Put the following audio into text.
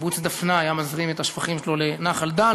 קיבוץ דפנה היה מזרים את השפכים שלו לנחל דן.